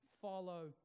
follow